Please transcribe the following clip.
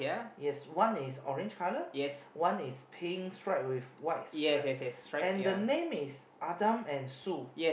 yes one is orange colour one is pink stripe with white strap and the name is Adam and Sue